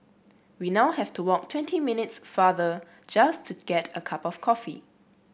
we now have to walk twenty minutes farther just to get a cup of coffee